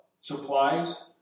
supplies